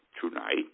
tonight